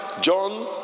John